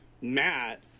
Matt